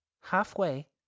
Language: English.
Halfway